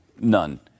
None